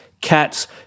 cats